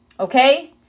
Okay